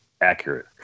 accurate